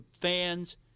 fans